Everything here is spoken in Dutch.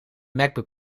macbook